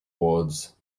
awards